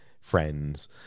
friends